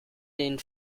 den